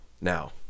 now